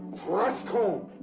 thrust home!